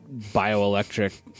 bioelectric